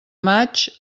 maig